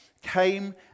came